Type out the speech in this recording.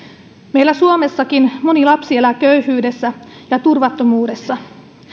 meillä suomessakin moni lapsi elää köyhyydessä ja turvattomuudessa